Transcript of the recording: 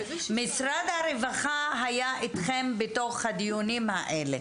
משרד הרווחה היה איתכם בתוך הדיונים האלה,